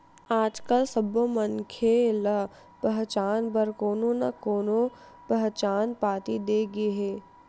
आजकाल सब्बो मनखे ल पहचान बर कोनो न कोनो पहचान पाती दे गे हे